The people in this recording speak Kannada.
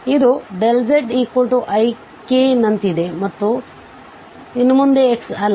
ಆದ್ದರಿಂದ ಇದುzik ನಂತಿದೆ ಮತ್ತು ಇನ್ನು ಮುಂದೆ x ಇಲ್ಲ